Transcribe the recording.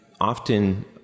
often